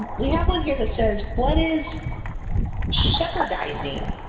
we have one here that says what is shepardizing?